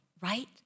right